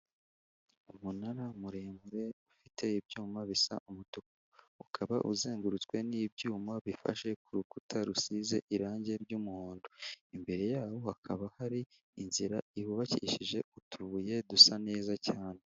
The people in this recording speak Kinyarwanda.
Umunara muremure ufite ibyuma bisa umutuku ukaba uzengurutswe n'ibyuma bifashe ku rukuta rusize irangi ry'umuhondo, imbere yaho hakaba hari inzira yubakishije utubuye dusa neza cyane.